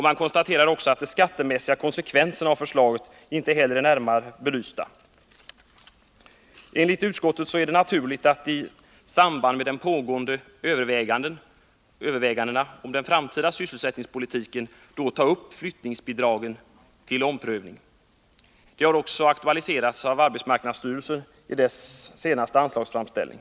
Man konstaterar också att inte heller de skattemässiga konsekvenserna av förslaget har närmare belysts. Enligt utskottets mening är det nödvändigt att i samband med de pågående övervägandena om den framtida sysselsättningspolitiken också ta upp frågan om flyttningsbidragen till omprövning. Den saken har också aktualiserats av arbetsmarknadsstyrelsen i dess senaste anslagsframställning.